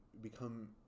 become